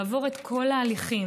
לעבור את כל ההליכים,